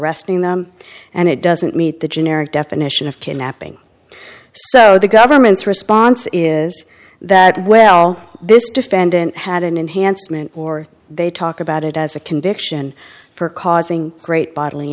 resting them and it doesn't meet the generic definition of kidnapping so the government's response is that well this defendant had an enhanced moment or they talk about it as a conviction for causing great bodily